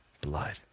blood